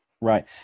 Right